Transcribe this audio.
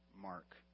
Mark